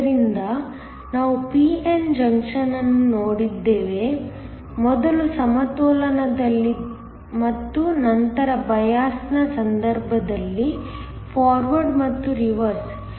ಆದ್ದರಿಂದ ನಾವು p n junction ಅನ್ನು ನೋಡಿದ್ದೇವೆ ಮೊದಲು ಸಮತೋಲನದಲ್ಲಿ ಮತ್ತು ನಂತರ ಬಯಾಸ್ನ ಸಂದರ್ಭದಲ್ಲಿ ಫಾರ್ವರ್ಡ್ ಮತ್ತು ರಿವರ್ಸ್